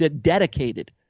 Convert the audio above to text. dedicated